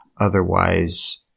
otherwise